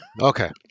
Okay